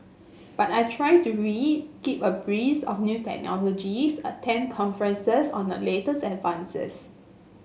but I try to read keep abreast of new technologies attend conferences on the latest advances